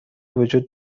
وجود